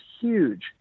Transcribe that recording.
huge